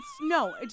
no